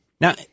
Now